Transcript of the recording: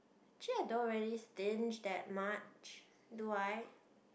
actually I don't really stinge that much do I